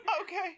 Okay